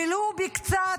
ולו במקצת,